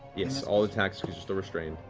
yes. all attacks because you're still restrained.